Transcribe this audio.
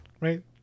right